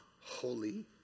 Holy